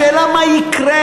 השאלה היא מה יקרה.